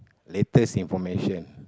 latest information